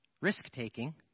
risk-taking